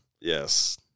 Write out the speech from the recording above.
Yes